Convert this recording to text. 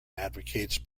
advocates